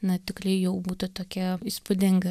na tikrai jau būtų tokia įspūdinga